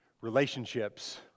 relationships